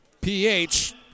PH